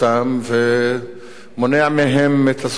ומונע מהם את הזכויות הבסיסיות,